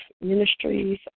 Ministries